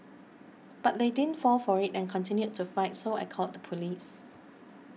but they didn't fall for it and continued to fight so I called police